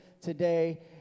today